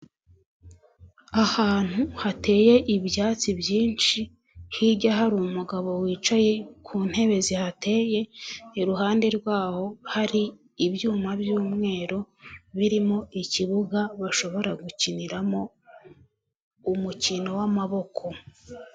Ahantu hateye ibyatsi byinshi, hirya hari umugabo wicaye ku ntebe zihateye iruhande rwaho hari ibyuma by'umweru birimo ikibuga bashobora gukiniramo umukino w'amaboko.